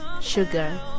Sugar